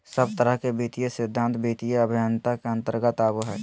सब तरह के वित्तीय सिद्धान्त वित्तीय अभयन्ता के अन्तर्गत आवो हय